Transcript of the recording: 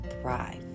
thrive